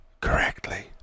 correctly